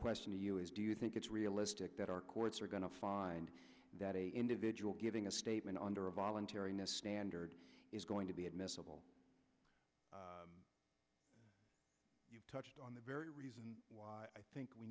question to you is do you think it's realistic that our courts are going to find that a individual giving a statement under a voluntary nest standard is going to be admissible you've touched on the very reason why i think we